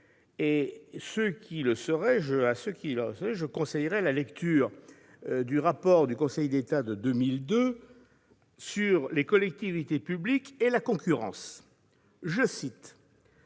; à ceux qui le seraient, je conseille la lecture du rapport du Conseil d'État de 2002 sur les collectivités publiques et la concurrence. Je cite